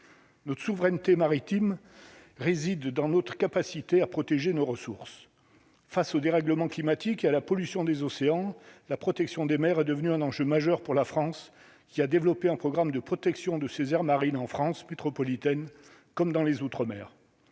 notre souveraineté maritime réside dans notre capacité à protéger nos ressources face au dérèglement climatique à la pollution des océans, la protection des mères est devenue un enjeu majeur pour la France, qui a développé un programme de protection de ces aires marines en France métropolitaine, comme dans les Outre-mer